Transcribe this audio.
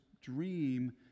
dream